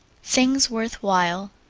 things worth while.